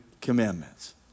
commandments